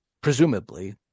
presumably